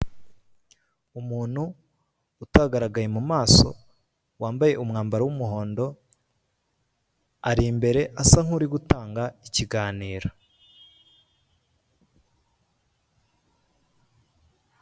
Umuntu utagaragaye mumaso wambaye umwambaro wumuhondo, ari imbere asa nk'uri gutanga ikiganiro.